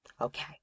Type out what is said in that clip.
Okay